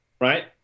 Right